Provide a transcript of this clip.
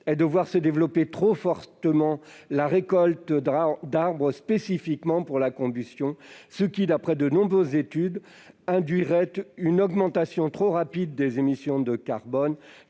est de voir se développer trop fortement la récolte d'arbres à des fins spécifiques de combustion, ce qui, d'après de nombreuses études, induirait une augmentation trop rapide des émissions de carbone